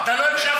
אתה לא הקשבת.